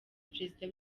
perezida